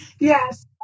Yes